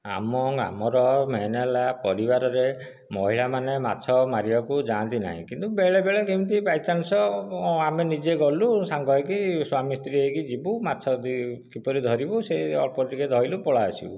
ଆମ ଆମର ମେନ୍ ହେଲା ପରିବାରରେ ମହିଳାମାନେ ମାଛ ମାରିବାକୁ ଯାଆନ୍ତି ନାହିଁ କିନ୍ତୁ ବେଳେବେଳେ କେମିତି ବାଇ ଚାନ୍ସ ଆମେ ନିଜେ ଗଲୁ ସାଙ୍ଗ ହୋଇକି ସ୍ୱାମୀ ସ୍ତ୍ରୀ ହୋଇକି ଯିବୁ ମାଛ କିପରି ଧରିବୁ ସେ ଅଳ୍ପ ଟିକିଏ ଧରିଲୁ ପଳାଇଆସିବୁ